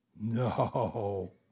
No